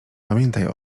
pamiętaj